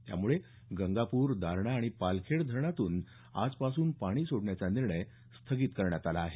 यामुळे गंगापूर दारणा आणि पालखेड धरणातूल आजपासून पाणी सोडण्याचा निर्णय स्थगित करण्यात आला आहे